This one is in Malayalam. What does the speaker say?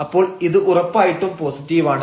അപ്പോൾ ഇത് ഉറപ്പായിട്ടും പോസിറ്റീവാണ്